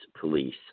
police